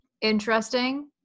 interesting